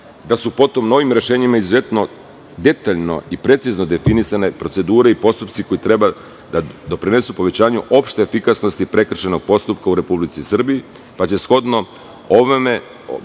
da su potom novim rešenjima izuzetno detaljno i precizno definisane procedure i postupci koji treba da doprinesu povećanju opšte efikasnosti prekršajnog postupka u Republici Srbiji, pa će Nova